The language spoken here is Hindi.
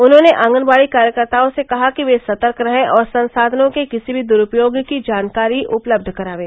उन्होंने आगंनवाड़ी कार्यकर्ताओं से कहा कि वे सतर्क रहे और संसाधनों के किसी भी दुरूपयोग की जानकारी उपलब्ध कराएं